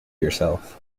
yourself